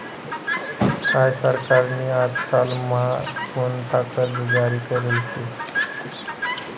काय सरकार नी आजकाल म्हा कोणता कर्ज जारी करेल शे